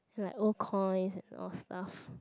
as like old coins and old stuff